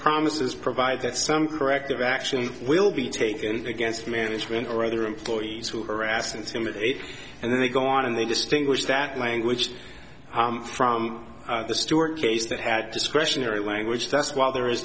promises provides that some corrective action will be taken against management or other employees who harass intimidate and then they go on and they distinguish that language from the stewart case that had discretionary language that's why there